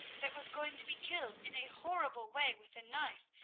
that was going to be killed in a horrible way with a knife,